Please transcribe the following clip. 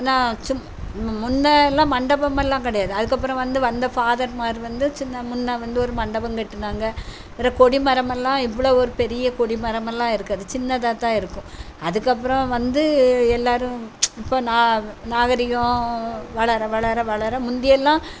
நான் சு முன்னெல்லாம் மண்டபமெல்லாம் கிடையாது அதுக்கப்புறம் வந்து வந்த ஃபாதர்மாரு வந்து சின்ன முன்ன வந்து ஒரு மண்டபம் கட்டினாங்கள் அப்புறம் கொடி மரமெல்லாம் இவ்வளோ ஒரு பெரிய கொடி மரமெல்லாம் இருக்காது சின்னதாக தான் இருக்கும் அதுக்கப்புறம் வந்து எல்லோரும் இப்போ நா நாகரீகம் வளர வளர வளர முந்தியெல்லாம்